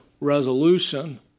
resolution